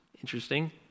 interesting